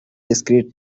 discrete